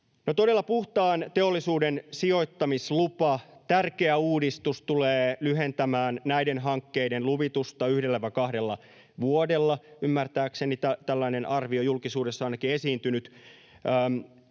No, puhtaan teollisuuden sijoittamislupa, tärkeä uudistus, tulee todella lyhentämään näiden hankkeiden luvitusta yhdellä—kahdella vuodella, ymmärtääkseni, tai tällainen arvio julkisuudessa on ainakin esiintynyt.